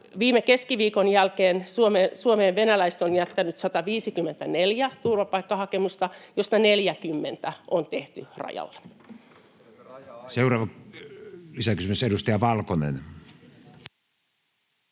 Viime keskiviikon jälkeen venäläiset ovat jättäneet Suomeen 154 turvapaikkahakemusta, joista 40 on tehty rajalla. Seuraava kysymys, edustaja Valkonen.